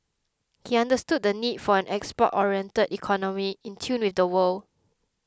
he understood the need for an export oriented economy in tune with the world